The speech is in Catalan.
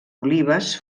olives